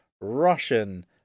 Russian